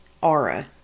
aura